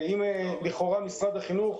אם לכאורה משרד החינוך,